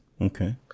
Okay